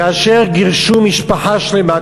כאשר גירשו משפחה שלמה,